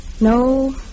No